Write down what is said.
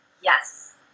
Yes